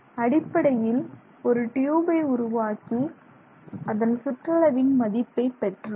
அடிப்படையில் ஒரு டியூபை உருவாக்கி அதன் சுற்றளவின் மதிப்பை பெற்றோம்